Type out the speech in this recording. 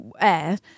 air